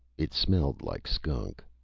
it smelled. like skunk.